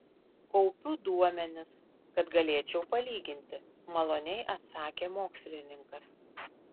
kaupiu duomenis kad galėčiau palyginti maloniai atsakė mokslininkas